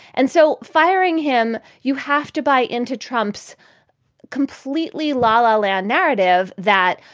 and so firing him, you have to buy into trump's completely la-la land narrative that,